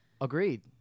agreed